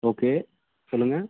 okay சொல்லுங்கள்